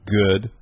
good